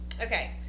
okay